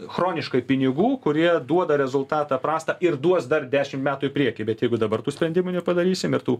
chroniškai pinigų kurie duoda rezultatą prastą ir duos dar dešim metų į priekį bet jeigu dabar tų sprendimų nepadarysim ir tų